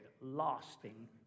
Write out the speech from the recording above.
lasting